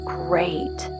great